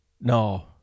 no